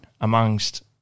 amongst